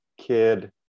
kid